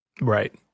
Right